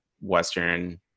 western